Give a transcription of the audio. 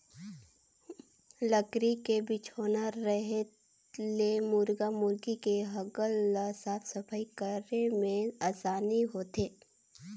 लकरी के बिछौना रहें ले मुरगी मुरगा के हगल ल साफ सफई करे में आसानी होथे